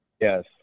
Yes